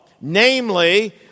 namely